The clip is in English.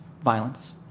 violence